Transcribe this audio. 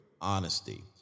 honesty